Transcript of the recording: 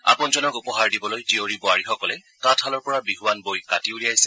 আপোনজনক উপহাৰ দিবলৈ জীয়ৰী বোৱাৰীসকলে তাঁত শালৰ পৰা বিহুৱান বই কাটি উলিয়াইছে